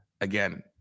again